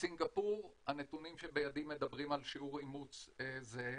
בסינגפור הנתונים שבידי מדברים על שיעור אימוץ זהה,